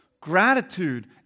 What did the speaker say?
Gratitude